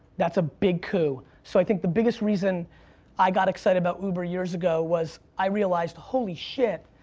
that's a big coup. so i think the biggest reason i got excited about uber years ago was i realized, holy shit,